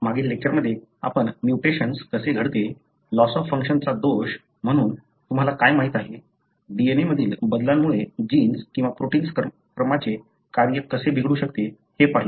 मागील लेक्चरमध्ये आपण म्युटेशन्स कसे घडते लॉस ऑफ फंक्शनचा दोष म्हणून तुम्हाला काय माहित आहे DNA मधील बदलामुळे जीन्स किंवा प्रोटिन्स क्रमाचे कार्य कसे बिघडू शकते हे पाहिले